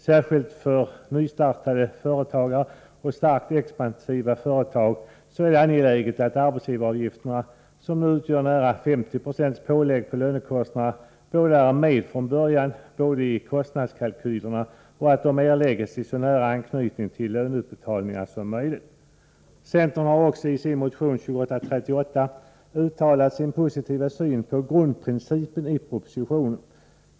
Särskilt för nystartade eller starkt expansiva företag är det angeläget att arbetsgivaravgiften, som nu utgör närmare 50 96 pålägg på lönekostnaderna, både är med från början i kostnadskalkylerna och erläggs i så nära anknytning till löneutbetalningarna som möjligt. Centern har också i motion 2838 uttalat sin positiva syn på grundprincipen i propositionen.